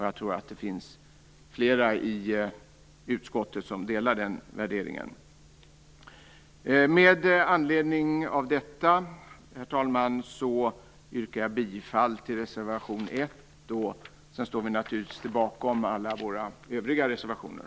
Jag tror att det finns flera i utskottet som delar den uppfattningen. Med anledning av det anförda yrkar jag bifall till reservation nr 1. Naturligtvis står jag bakom alla våra övriga reservationer.